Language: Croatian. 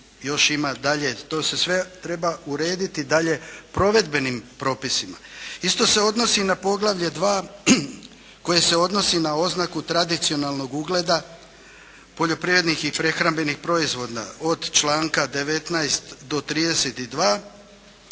to se sve treba urediti dalje provedbenim propisima. Isto se odnosi i na Poglavlje II. koje se odnosi na oznaku tradicionalnog ugleda poljoprivrednih i prehrambenih proizvoda od članka 19. do 32.